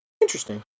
interesting